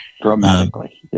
dramatically